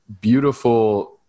beautiful